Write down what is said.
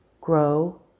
Grow